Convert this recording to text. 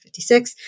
56